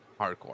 Hardcore